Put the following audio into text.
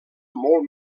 molt